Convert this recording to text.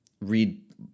read